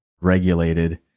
regulated